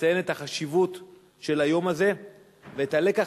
לציין את החשיבות של היום הזה ואת הלקח